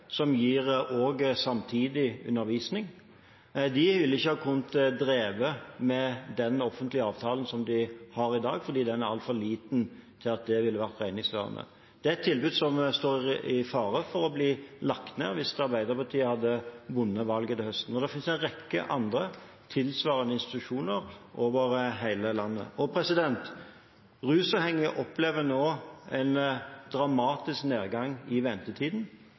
som samtidig gir undervisning. De ville ikke kunnet drive med den offentlige avtalen som de har i dag, fordi den er altfor liten til at det ville vært regningssvarende. Det er et tilbud som ville stått i fare for å bli lagt ned hvis Arbeiderpartiet hadde vunnet valget i høst. Og det finnes en rekke andre tilsvarende institusjoner over hele landet. Rusavhengige opplever nå en dramatisk nedgang i ventetiden.